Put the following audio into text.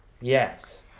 Yes